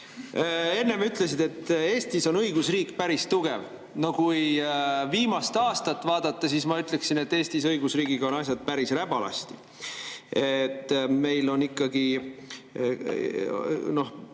Enne sa ütlesid, et Eestis on õigusriik päris tugev. No kui viimast aastat vaadata, siis ma ütleksin, et Eestis on õigusriigiga asjad ikka päris räbalasti. Meil on valitsust